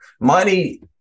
Money